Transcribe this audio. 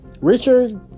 Richard